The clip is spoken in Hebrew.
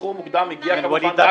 שחרור מוקדם הגיע כמובן רק אחרי קציבה